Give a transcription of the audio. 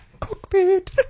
Cockpit